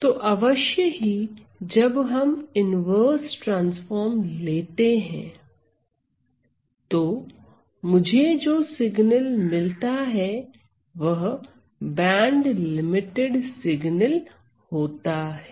तो अवश्य ही जब हम इन्वर्स ट्रांसफार्म लेते हैं तो मुझे जो सिग्नल मिलता है वह बैंडलिमिटेड सिग्नल होता है